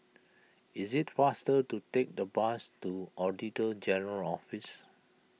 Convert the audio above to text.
it is faster to take the bus to Auditor General's Office